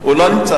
הוא לא נמצא.